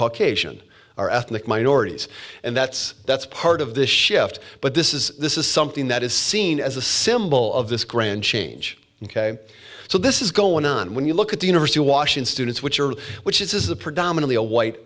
caucasian are ethnic minorities and that's that's part of this shift but this is this is something that is seen as a symbol of this grand change ok so this is going on when you look at the university of washington students which are which is a predominately